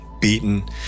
beaten